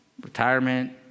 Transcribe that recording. Retirement